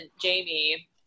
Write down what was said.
Jamie